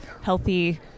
healthy